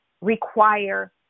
require